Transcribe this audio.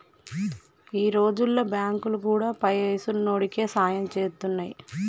ఈ రోజుల్ల బాంకులు గూడా పైసున్నోడికే సాయం జేత్తున్నయ్